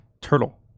Turtle